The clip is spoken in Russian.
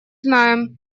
знаем